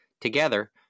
Together